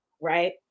right